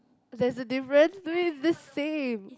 there's a difference to me it's the same